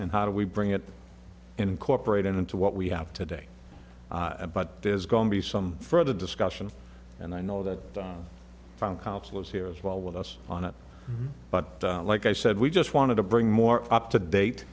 and how do we bring it incorporate into what we have today but there's going to be some further discussion and i know that found counsellors here as well with us on it but like i said we just wanted to bring more up to date